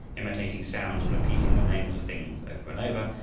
imitating sounds and repeating the names of things over and over,